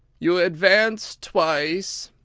you advance twice